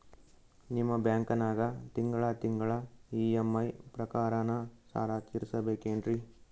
ನಿಮ್ಮ ಬ್ಯಾಂಕನಾಗ ತಿಂಗಳ ತಿಂಗಳ ಇ.ಎಂ.ಐ ಪ್ರಕಾರನ ಸಾಲ ತೀರಿಸಬೇಕೆನ್ರೀ?